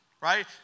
Right